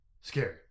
scary